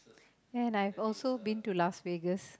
and I've also been to Las Vegas